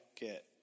Get